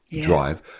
drive